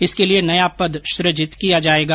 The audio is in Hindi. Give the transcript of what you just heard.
इसके लिये नया पद सुजित किया जायेगा